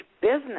business